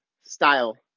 style